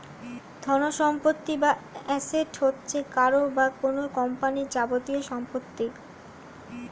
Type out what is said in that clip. ধনসম্পত্তি বা অ্যাসেট হচ্ছে কারও বা কোন কোম্পানির যাবতীয় সম্পত্তি